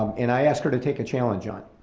um and i asked her to take a challenge on.